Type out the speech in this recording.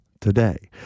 today